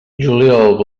juliol